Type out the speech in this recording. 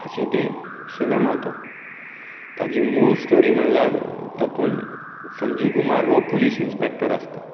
अशें तें सिनेमा तो ताजी मूळ स्टोरी म्हणल्यार तातूंत संजीव कुमार हो पुलीस इनस्पेक्टर आसता